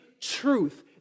truth